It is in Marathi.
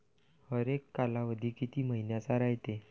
हरेक कालावधी किती मइन्याचा रायते?